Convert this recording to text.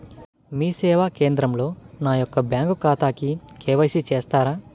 మీ సేవా కేంద్రంలో నా యొక్క బ్యాంకు ఖాతాకి కే.వై.సి చేస్తారా?